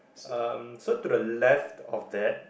um so to the left of that